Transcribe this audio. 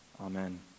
Amen